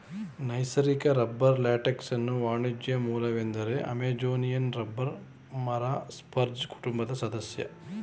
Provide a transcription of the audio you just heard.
ನೈಸರ್ಗಿಕ ರಬ್ಬರ್ ಲ್ಯಾಟೆಕ್ಸ್ನ ವಾಣಿಜ್ಯ ಮೂಲವೆಂದರೆ ಅಮೆಜೋನಿಯನ್ ರಬ್ಬರ್ ಮರ ಸ್ಪರ್ಜ್ ಕುಟುಂಬದ ಸದಸ್ಯ